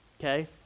okay